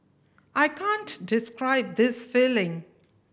I can't describe this feeling